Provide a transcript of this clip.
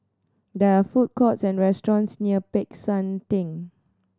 there are food courts and restaurants near Peck San Theng